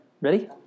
Ready